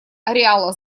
ареала